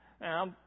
now